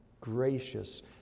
gracious